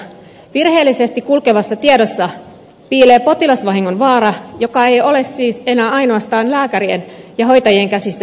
virheellisesti kulkevassa tiedossa piilee potilasvahingon vaara joka ei ole siis enää ainoastaan lääkärien ja hoitajien käsistä syntyvä